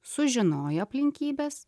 sužinojo aplinkybes